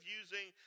using